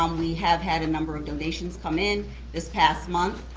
um we have had a number of donations come in this past month.